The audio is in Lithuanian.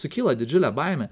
sukyla didžiulė baimė